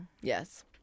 Yes